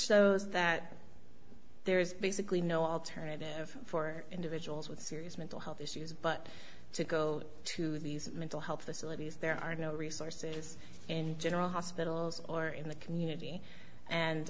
shows that there is basically no alternative for individuals with serious mental health issues but to go to these mental health facilities there are no resources in general hospitals or in the community and